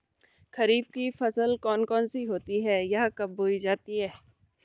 खरीफ की फसल कौन कौन सी होती हैं यह कब बोई जाती हैं?